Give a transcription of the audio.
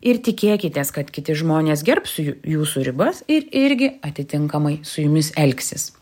ir tikėkitės kad kiti žmonės gerbs jų jūsų ribas ir irgi atitinkamai su jumis elgsis